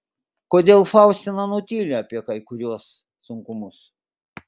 kodėl faustina nutyli apie kai kuriuos sunkumus